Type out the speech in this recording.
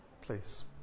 Please